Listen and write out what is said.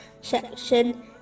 section